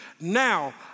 Now